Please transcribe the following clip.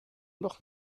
noch